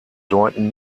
deuten